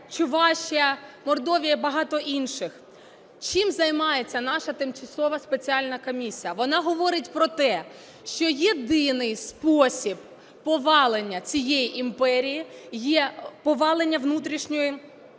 Чувашія, Мордовія і багато інших. Чим займається наша тимчасова спеціальна комісія? Вона говорить про те, що єдиний спосіб повалення цієї імперії є повалення внутрішньої ситуації